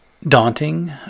daunting